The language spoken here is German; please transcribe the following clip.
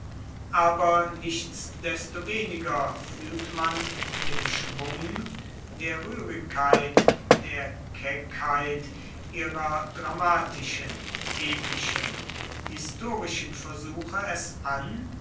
aber nichtsdestoweniger fühlt man dem schwung der rührigkeit der keckheit ihrer dramatischen epischen historischen versuche es an